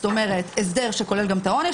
זאת אומרת הסדר שכולל גם את העונש,